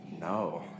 No